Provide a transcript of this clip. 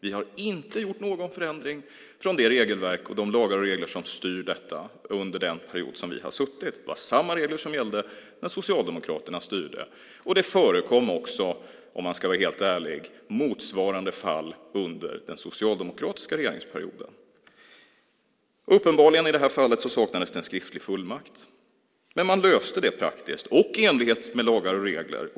Vi har inte gjort någon förändring av det regelverk och de lagar och regler som styr detta under den period som vi har suttit vid makten. Det var samma regler som gällde när Socialdemokraterna styrde. Det förekom också, om man ska vara helt ärlig, motsvarande fall under den socialdemokratiska regeringsperioden. Uppenbarligen saknades i det här fallet en skriftlig fullmakt. Men man löste det praktiskt och i enlighet med lagar och regler.